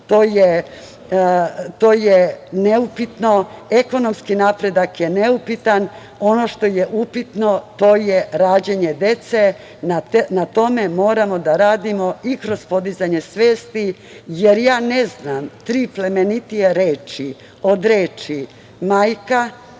To je neupitno. Ekonomski napredak je neupitan. Ono što je upitno je rađanje dece. Na tome moramo da radimo i kroz podizanje svesti, jer ja ne znam tri plemenitije reči od reči – majka,